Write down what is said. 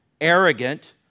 arrogant